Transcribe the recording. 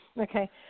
Okay